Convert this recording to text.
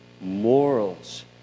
morals